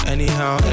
Anyhow